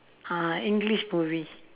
uh english movie